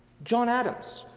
john adams,